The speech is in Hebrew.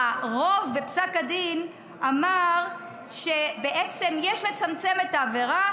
הרוב בפסק הדין אמר שבעצם יש לצמצם את העבירה